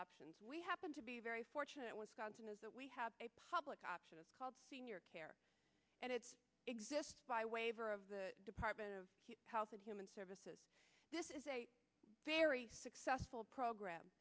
options we happen to be very fortunate wisconsin is that we have a public option is called senior care and it's exists by waiver of the department of health and human services this is a very successful program